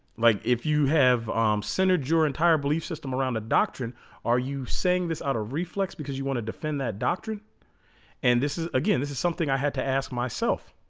like if you have centered your entire belief system around a doctrine are you saying this out of reflex because you want to defend that doctrine and this is again this is something i had to ask myself